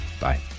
Bye